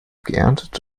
geerntet